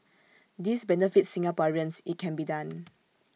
this benefits Singaporeans IT can be done